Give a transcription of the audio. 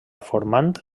formant